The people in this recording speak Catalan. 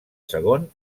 segon